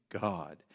God